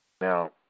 Now